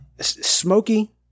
smoky